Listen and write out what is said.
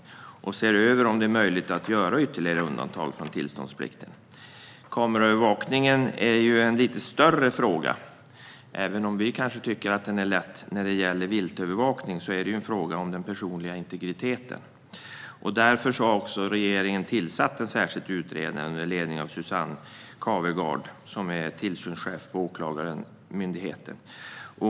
Man bör se över om det är möjligt att införa ytterligare undantag från tillståndsplikten. Kameraövervakningen är ju en större fråga. Även om vi tycker att den är lätt när det gäller viltövervakning är det en fråga som rör den personliga integriteten. Därför har regeringen också tillsatt en särskild utredning under ledning av Susanne Kaevergaard, som är tillsynschef på Åklagarmyndigheten.